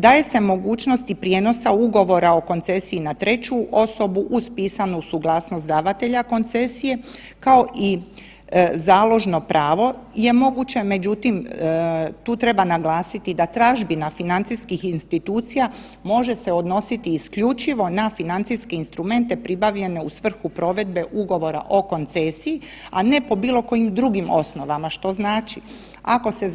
Daje se mogućnosti prijenosa Ugovora o koncesiji na treću osobu uz pisanu suglasnost davatelja koncesije kao i založno pravo je moguće, međutim tu treba naglasiti da tražbina financijskih institucija može se odnositi isključivo na financijski instrument pribavljene u svrhu provedbe ugovora o koncesiji, a ne po bilo kojim drugim osnovama, što znači ako se